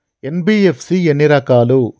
NBFC ఎన్ని రకాలు?